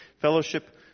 fellowship